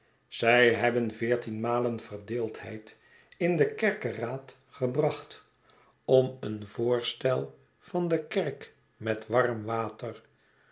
zij hebben veertien malen verdeeldheid in den kerkeraad gebracht om een voorstel van de kerk met warm water